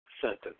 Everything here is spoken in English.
sentence